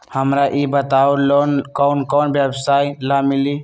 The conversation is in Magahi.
हमरा ई बताऊ लोन कौन कौन व्यवसाय ला मिली?